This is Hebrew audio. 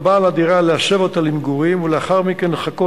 על בעל הדירה להסב אותה למגורים ולאחר מכן לחכות